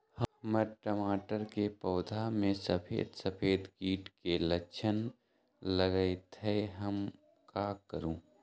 हमर टमाटर के पौधा में सफेद सफेद कीट के लक्षण लगई थई हम का करू?